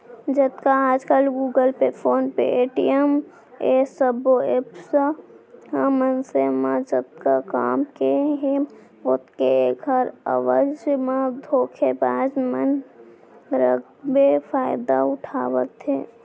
जतका आजकल Google pay, phone pay, Paytm ए सबो ऐप्स ह मनसे म जतका काम के हे ओतके ऐखर एवज म धोखेबाज मन एखरे फायदा उठावत हे